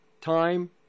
Time